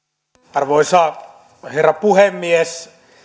arvoisa herra puhemies